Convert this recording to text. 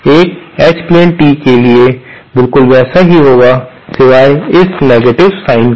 एक H plane T के लिए बिल्कुल वैसा ही होगा सिवाय इन नेगेटिव साइन के